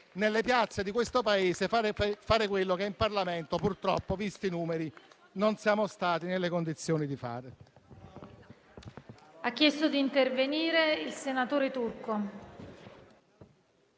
nelle piazze di questo Paese fare quello che in Parlamento, purtroppo, visti i numeri, non siamo stati nelle condizioni di fare.